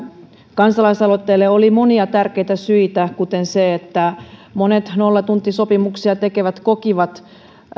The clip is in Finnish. kansalaisaloitteelle oli monia tärkeitä syitä kuten se että monet nollatuntisopimuksia tekevät kokivat